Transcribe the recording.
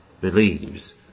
believes